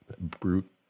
brute